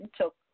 took